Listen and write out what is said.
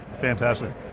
Fantastic